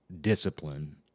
discipline